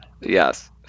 Yes